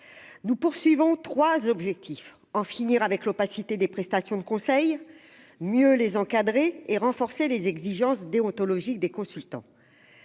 nous poursuivons trois objectif : en finir avec l'opacité des prestations de conseil mieux les encadrer et renforcer les exigences déontologiques des consultants,